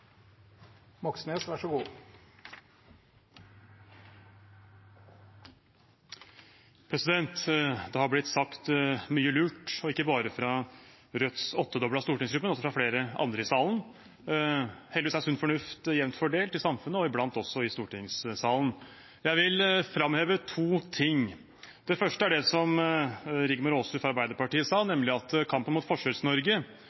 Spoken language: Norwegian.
Det har blitt sagt mye lurt, ikke bare fra Rødts åttedoblede stortingsgruppe, men også fra flere andre i salen. Heldigvis er sunn fornuft jevnt fordelt i samfunnet og iblant også i stortingssalen. Jeg vil framheve to ting. Det første er det som Rigmor Aasrud fra Arbeiderpartiet sa,